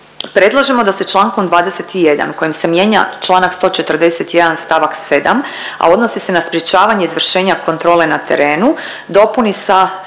Predlažemo da se čl. 21. kojim se mijenja čl. 141. st. 7., a odnosi se na sprečavanje izvršenja kontrole na terenu dopuni sa sljedećim